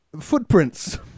Footprints